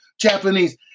Japanese